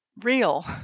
real